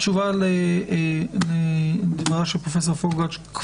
התשובה למה שפרופ' פוגץ' אמרה,